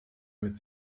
mit